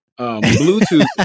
Bluetooth